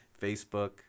Facebook